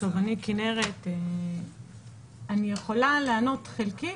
אני יכולה לענות חלקי,